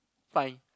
fine